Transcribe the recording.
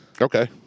Okay